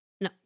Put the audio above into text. No